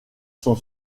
sont